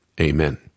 Amen